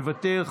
מוותר,